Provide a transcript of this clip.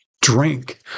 Drink